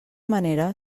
manera